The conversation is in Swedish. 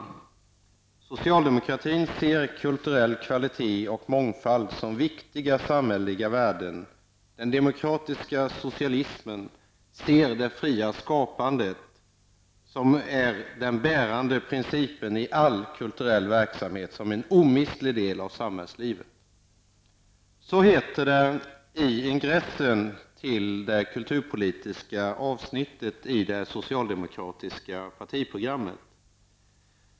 Socialdemokratin ser kulturell kvalitet och mångfald som viktiga samhälleliga värden. Den demokratiska socialismen ser det fria skapandet, som är den bärande principen i all kulturell verksamhet, som en omistlig del av samhällslivet.'' Så heter det i ingressen till det kulturpolitiska avsnittet i det socialdemokratiska partiprogrammet.